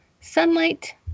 Sunlight